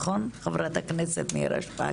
נכון, חברת הכנסת נירה שפק?